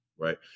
right